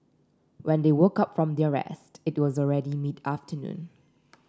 when they woke up from their rest it was already mid afternoon